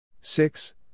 Six